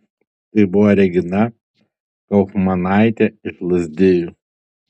tai buvo regina kaufmanaitė iš lazdijų